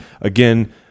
Again